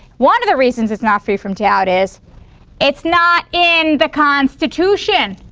one of the reasons it's not free from doubt is it's not in the constitution.